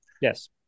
yes